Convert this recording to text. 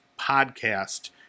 podcast